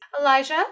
Elijah